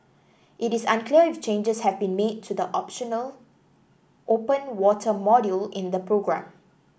it is unclear if changes have been made to the optional open water module in the programme